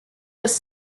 was